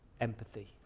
empathy